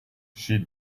she